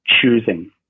choosing